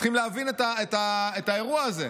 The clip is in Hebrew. צריכים להבין את האירוע הזה.